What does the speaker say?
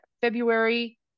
February –